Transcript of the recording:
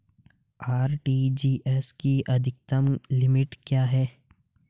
RTGS की अधिकतम limit क्या है?